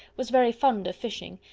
was very fond of fishing,